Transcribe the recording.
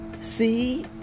see